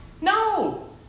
No